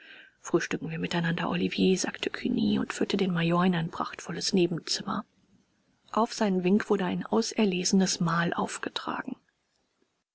frühstücken wir miteinander olivier sagte cugny und führte den major in ein prachtvolles nebenzimmer auf seinen wink wurde ein auserlesenes mahl aufgetragen